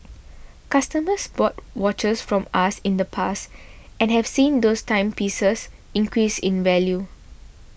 customers bought watches from us in the past and have seen those timepieces increase in value